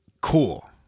cool